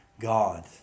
God